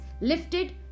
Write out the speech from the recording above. lifted